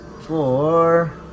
Four